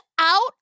out